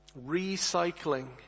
Recycling